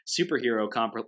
superhero